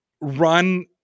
run